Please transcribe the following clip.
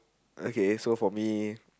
okay so for me